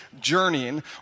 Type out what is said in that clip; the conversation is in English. journeying